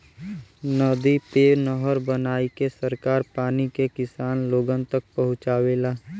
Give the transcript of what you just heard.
नदी पे नहर बनाईके सरकार पानी के किसान लोगन तक पहुंचावेला